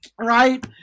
right